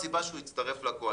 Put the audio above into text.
זאת הסיבה שהוא הצטרף לקואליציה.